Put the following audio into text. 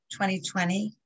2020